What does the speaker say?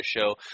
show